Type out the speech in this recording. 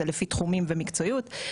זה לפי תחומים ומקצועיות,